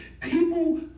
people